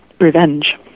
revenge